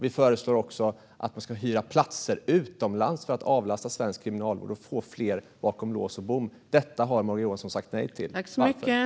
Vi föreslår också att man ska hyra platser utomlands för att avlasta svensk kriminalvård och få fler bakom lås och bom. Detta har Morgan Johansson sagt nej till. Varför?